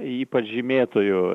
ypač žymėtųjų